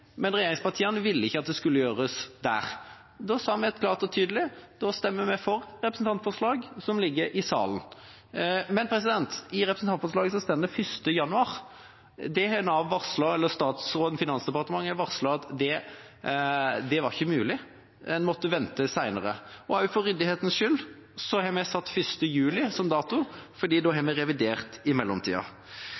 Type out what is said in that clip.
men regjeringspartiene ville ikke at det skulle gjøres der. Da sa vi klart og tydelig at da stemmer vi for et representantforslag som ligger i salen. Men i representantforslaget står det 1. januar. Det har statsråden og Finansdepartementet varslet at ikke er mulig, og en måtte vente til senere. For ryddighetens skyld har vi satt 1. juli som dato, for da har